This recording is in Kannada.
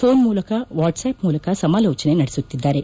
ಪೋನ್ ಮೂಲಕ ವಾಟ್ಲಾಪ್ ಮೂಲಕ ಸಮಾಲೋಚನೆ ನಡೆಸುತ್ತಿದ್ದಾರೆ